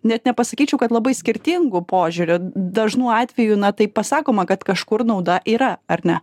net nepasakyčiau kad labai skirtingų požiūrių dažnu atveju na tai pasakoma kad kažkur nauda yra ar ne